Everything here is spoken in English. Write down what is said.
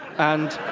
and